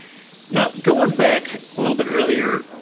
now, going back a little bit earlier,